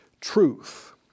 truth